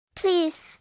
Please